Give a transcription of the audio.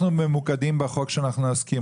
אנחנו ממוקדים בחוק שאנחנו עוסקים,